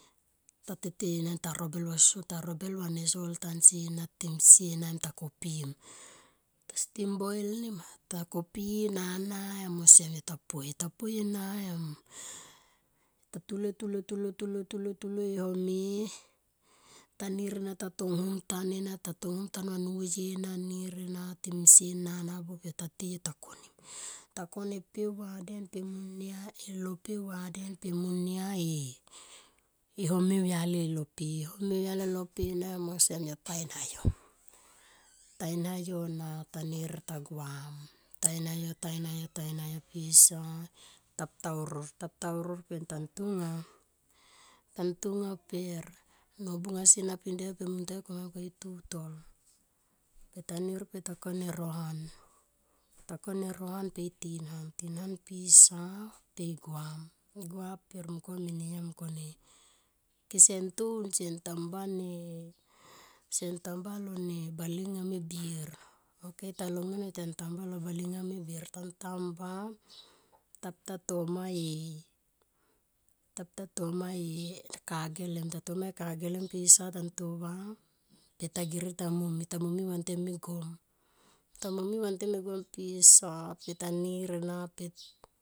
Ta tete ena ta robel va sol tansi na timsie ena ta ko pi im ta kapi i nana em ose yo ta poi pe yo ta poi ena em yota tula tula tuloi e home tanir ena ta tonghum tan va nuye na ena timsie buap yo ta tei yots ksnim kone e mpe u vaden, monia a lope ma da den e home auyali lelope, home au yalile lope na em sem yo ta in hayom tai in ha yo na ta nirta guam. Ta in haoy, ta in nayo, ta in hayo, ta in hayo pisa ta pu ta urur ta pu ta urur petan tonga, tan tonga pen nobung asi na pindia yo pe muntua yo komia i tuto peta nir peta ko no han to kon e ro han pe itin han pisa pe i suam. I guam per muns konia mene yoma mong kone kese ntoun se tam ba ne tamba lonne bale nga me bin tantamba tapu ta toma e tapu ta tome ka gelem ta toma e ka gelem pisa ta nto va pe ta sere momi ta momi vantem e gom ta momi vantem e som pisa pe ta nir ena pe.